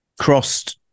crossed